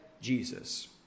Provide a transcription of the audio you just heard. Jesus